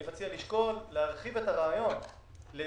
אני מציע לשקול להרחיב את הרעיון כל